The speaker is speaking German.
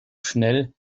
schnell